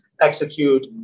execute